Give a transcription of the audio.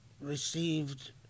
received